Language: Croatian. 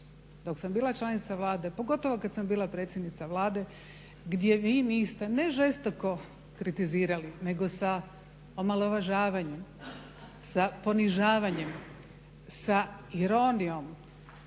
dok sam bila članica Vlade, pogotovo kad sam bila predsjednica Vlade gdje vi niste ne žestoko kritizirali nego sa omalovažavanjem, sa ponižavanjem, sa ironijom,